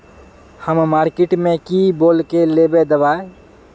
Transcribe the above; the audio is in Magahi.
हम मार्किट में की बोल के लेबे दवाई?